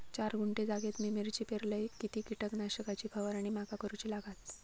चार गुंठे जागेत मी मिरची पेरलय किती कीटक नाशक ची फवारणी माका करूची लागात?